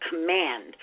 command